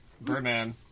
birdman